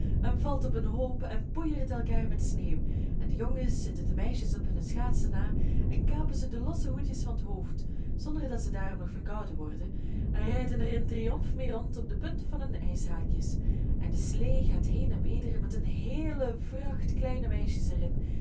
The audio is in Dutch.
en valt op een hoop en poeiert elkaar met sneeuw en de jongens zitten de meisjes op hunne schaatsen na en kapen ze de losse hoedjes van t hoofd zonder dat ze daarom nog verkouden worden en rijden er in triomf mee rond op de punt van hun ijshaakjes en de slee gaat heen en weder met een heele vracht kleine meisjes er